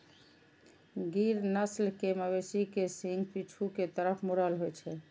गिर नस्ल के मवेशी के सींग पीछू के तरफ मुड़ल होइ छै